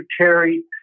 Terry